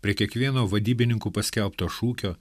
prie kiekvieno vadybininkų paskelbto šūkio